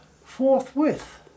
forthwith